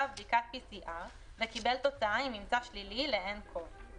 בדיקת PCR וקיבל תוצאה עם ממצא שלילי ל-nCov;";